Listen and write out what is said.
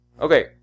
Okay